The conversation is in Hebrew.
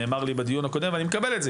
נאמר לי בדיון הקודם ואני מקבל את זה.